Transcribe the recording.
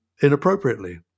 inappropriately